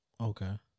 okay